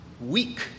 weak